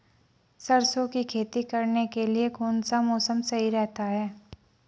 सरसों की खेती करने के लिए कौनसा मौसम सही रहता है?